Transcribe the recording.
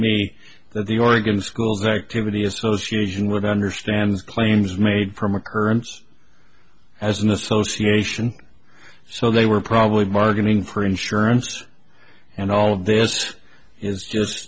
me that the oregon schools activity association with understands claims made from occurrence as an association so they were probably bargaining for insurance and all of this is just